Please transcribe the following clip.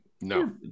No